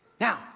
Now